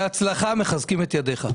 בהצלחה, מחזקים את ידיך.